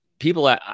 People